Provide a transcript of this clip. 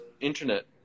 internet